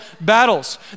battles